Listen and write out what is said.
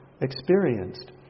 experienced